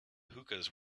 hookahs